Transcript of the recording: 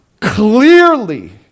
clearly